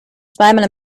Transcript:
zweimal